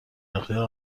اختیار